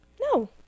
No